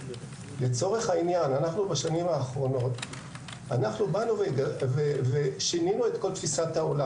לצורך העניין בשנים האחרונות שינינו את כל תפיסת העולם.